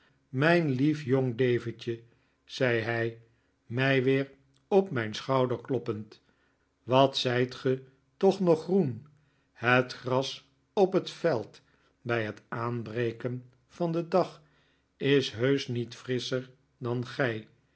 mijn lief jong davidje zei hij mij weer op mijn schouder kloppend wat zijt ge toch nog groen het gras op het veld bij het aanbreken van den dag is heusch niet frisscher dan gij